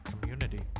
community